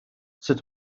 sut